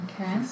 Okay